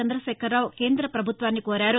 చంద్రశేఖర్రావు కేంద్రప్రభుత్వాన్ని కోరారు